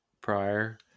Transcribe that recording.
prior